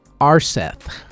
Arseth